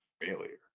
failure